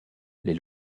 les